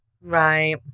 Right